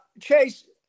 chase